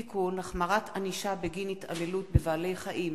(תיקון, החמרת ענישה בגין התעללות בבעלי-חיים),